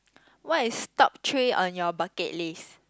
what is top three on your bucket list